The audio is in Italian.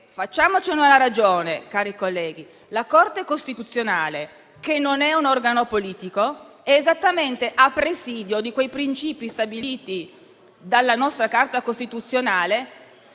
Facciamocene una ragione, cari colleghi: la Corte costituzionale, che non è un organo politico, è esattamente a presidio di quei principi stabiliti dalla nostra Carta costituzionale,